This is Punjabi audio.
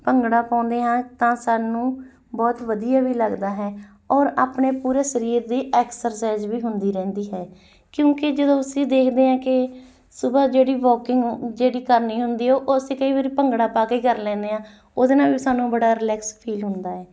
ਭੰਗੜਾ ਪਾਉਂਦੇ ਹਾਂ ਤਾਂ ਸਾਨੂੰ ਬਹੁਤ ਵਧੀਆ ਵੀ ਲੱਗਦਾ ਹੈ ਔਰ ਆਪਣੇ ਪੂਰੇ ਸਰੀਰ ਦੀ ਐਕਸਰਸਾਈਜ਼ ਵੀ ਹੁੰਦੀ ਰਹਿੰਦੀ ਹੈ ਕਿਉਂਕਿ ਜਦੋਂ ਅਸੀਂ ਦੇਖਦੇ ਹਾਂ ਕਿ ਸੁਬਹਾ ਜਿਹੜੀ ਵਾਕਿੰਗ ਜਿਹੜੀ ਕਰਨੀ ਹੁੰਦੀ ਹੈ ਉਹ ਅਸੀਂ ਕਈ ਵਾਰ ਭੰਗੜਾ ਪਾ ਕੇ ਹੀ ਕਰ ਲੈਂਦੇ ਹਾਂ ਉਹਦੇ ਨਾਲ ਵੀ ਸਾਨੂੰ ਬੜਾ ਰਿਲੈਕਸ ਫੀਲ ਹੁੰਦਾ ਹੈ